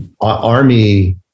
army